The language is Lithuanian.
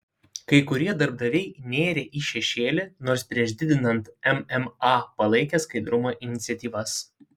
kai kurie darbdaviai nėrė į šešėlį nors prieš didinant mma palaikė skaidrumo iniciatyvas